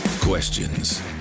Questions